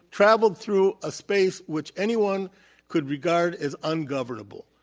travelled through a space which anyone could regard as ungovernable.